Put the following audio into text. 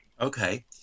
Okay